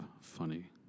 funny